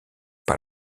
par